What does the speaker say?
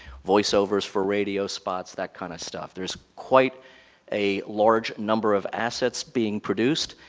voiceovers for radio spots, that kind of stuff. there's quite a large number of assets being produced,